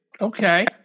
okay